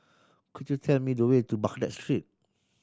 could you tell me the way to Baghdad Street